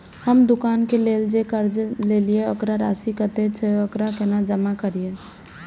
हम दुकान के लेल जे कर्जा लेलिए वकर राशि कतेक छे वकरा केना जमा करिए?